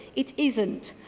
it is and